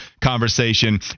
conversation